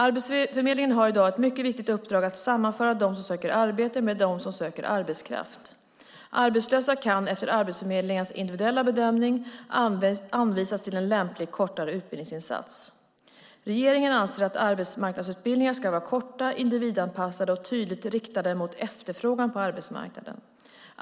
Arbetsförmedlingen har i dag ett mycket viktigt uppdrag, att sammanföra dem som söker arbete med dem som söker arbetskraft. Arbetslösa kan efter Arbetsförmedlingens individuella bedömning anvisas till en lämplig kortare utbildningsinsats. Regeringen anser att arbetsmarknadsutbildningar ska vara korta, individanpassade och tydligt riktade mot efterfrågan på arbetsmarknaden.